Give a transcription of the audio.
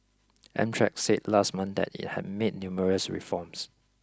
Amtrak said last month that it had made numerous reforms